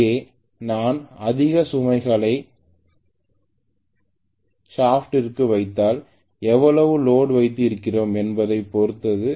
இங்கே நான் அதிக சுமைகளை ஷாப்ட்டிற்கு வைத்தால் எவ்வளவு லோடு வைத்து இருக்கிறோம் என்பதைப் பொறுத்தது